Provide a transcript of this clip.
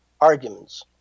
arguments